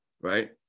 right